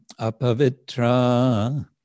Apavitra